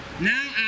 Now